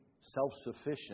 self-sufficient